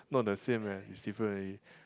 not the same eh it's different already